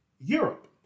Europe